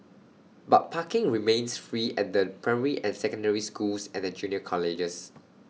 but parking remains free at the primary and secondary schools and the junior colleges